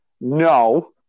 No